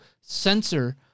censor